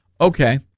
Okay